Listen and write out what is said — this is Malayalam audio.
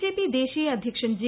ബിജെപി ദേശീയ അദ്ധ്യക്ഷൻ ജെ